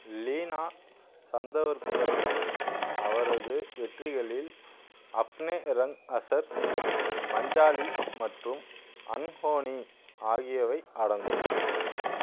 லீனா சந்தவர்கருடன் அவரது வெற்றிகளில் அப்னே ரங் ஹசர் மஞ்சாலி மற்றும் அன்ஹோனி ஆகியவை அடங்கும்